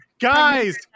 guys